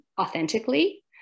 authentically